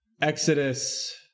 Exodus